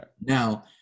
now